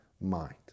mind